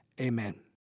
amen